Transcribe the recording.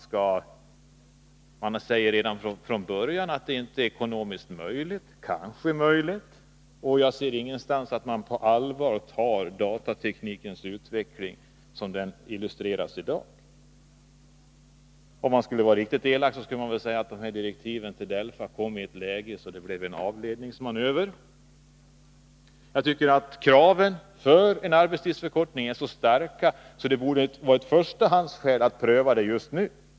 Det sägs redan från början att det inte är ekonomiskt möjligt — eller kanske möjligt. Jag ser ingenstans att man tar på allvar datateknikens utveckling som den illustreras i dag. Om man skulle vara riktigt elak, skulle man säga att direktiven till DELFA kom i ett sådant läge att det blev en avledningsmanöver. Kraven på en arbetstidsförkortning är så starka att det borde vara ett förstahandsskäl att pröva det just nu.